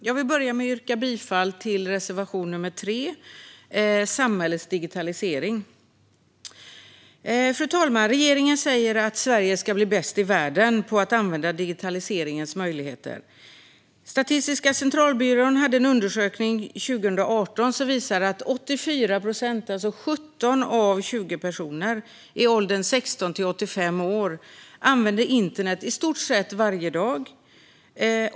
Fru talman! Jag yrkar bifall till reservation nr 3 om samhällets digitalisering. Regeringen säger att Sverige ska bli bäst i världen på att använda digitaliseringens möjligheter. Statistiska centralbyråns undersökning från 2018 visar att 84 procent, alltså 17 av 20 personer, i åldern 16-85 år använder internet i stort sett varje dag.